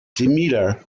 demeter